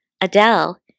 Adele